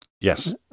Yes